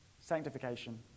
sanctification